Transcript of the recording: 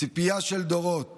ציפייה של דורות